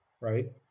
right